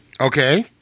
Okay